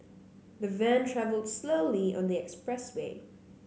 the van travelled slowly on the expressway